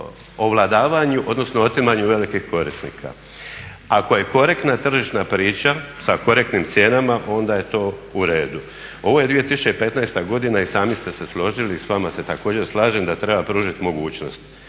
ovladavanju odnosno otimanju velikih korisnika. Ako je korektna tržišna priča sa korektnim cijenama onda je to u redu. Ovo je 2015. godina i sami ste se složili i s vama se također slažem da treba pružiti mogućnost.